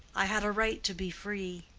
i had a right to be free.